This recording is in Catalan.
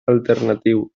alternatiu